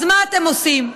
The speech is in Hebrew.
אז מה אתם עושים?